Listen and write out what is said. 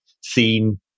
seen